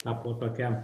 tapo tokia